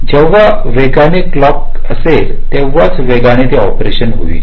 जेवढा वेगाने क्लॉकअसेल तेवढच वेगाने त्यांच ऑपरेशन होईल